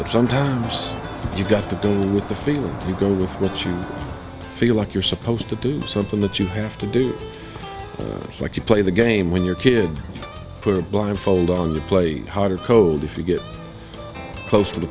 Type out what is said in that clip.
it sometimes you've got to do with the feeling you go with which you feel like you're supposed to do something that you have to do just like you play the game when your kid for a blindfold on the play hot or cold if you get close to the